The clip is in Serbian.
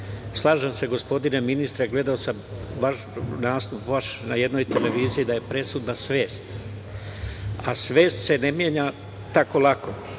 se, gospodine ministre, gledao sam vaš nastup na jednoj televiziji da je presudna svest, a svest se ne menja tako lako.